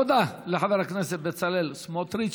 תודה לחבר הכנסת בצלאל סמוטריץ.